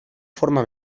forma